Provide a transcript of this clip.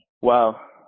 Wow